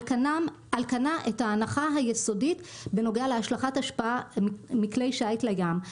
כנה את ההנחה היסודית בנוגע להשלכת אשפה מכלי שיט לים.